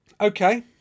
Okay